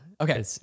Okay